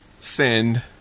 send